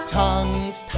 tongue's